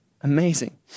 amazing